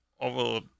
over